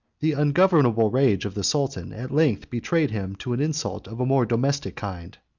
the ungovernable rage of the sultan at length betrayed him to an insult of a more domestic kind.